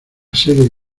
serie